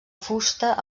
fusta